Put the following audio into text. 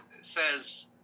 says